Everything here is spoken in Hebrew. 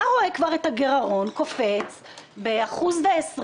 אתה רואה כבר את הגרעון קופץ באחוז ב-20',